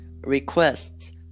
requests